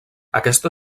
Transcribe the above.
aquesta